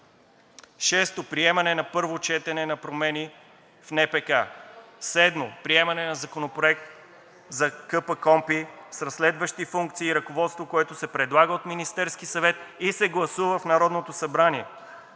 Шесто, приемане на първо четене на промени в НПК. Седмо, приемане на Законопроект за КПКОНПИ с разследващи функции и ръководство, което се предлага от Министерския съвет и се гласува в Народното събрание.